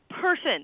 person